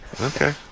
Okay